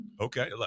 Okay